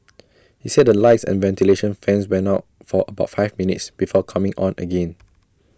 he said the lights and ventilation fans went out for about five minutes before coming on again